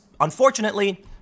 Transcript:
unfortunately